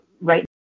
right